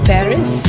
Paris